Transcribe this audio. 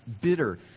Bitter